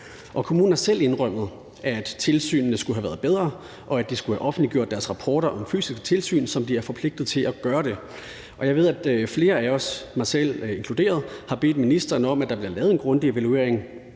Og kommunen har selv indrømmet, at tilsynene skulle have været bedre, og at de skulle have offentliggjort deres rapporter om fysiske tilsyn, som de er forpligtet til at gøre det. Jeg ved, at flere af os, mig selv inkluderet, har bedt ministeren om, at der bliver lavet en grundig evaluering